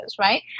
right